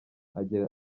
agira